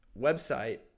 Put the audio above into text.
website